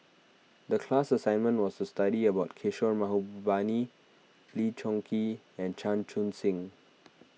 the class assignment was to study about Kishore Mahbubani Lee Choon Kee and Chan Chun Sing